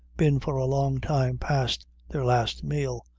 been for a long time past their last meal,